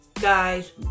guys